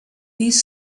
these